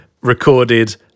recorded